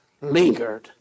lingered